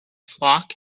flock